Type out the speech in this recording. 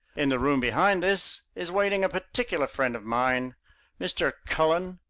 in the room behind this is waiting a particular friend of mine mr. cullen,